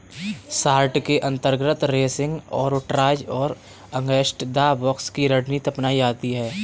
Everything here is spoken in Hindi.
शार्ट के अंतर्गत रेसिंग आर्बिट्राज और अगेंस्ट द बॉक्स की रणनीति अपनाई जाती है